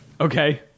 Okay